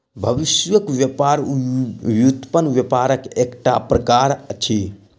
भविष्यक व्यापार व्युत्पन्न व्यापारक एकटा प्रकार अछि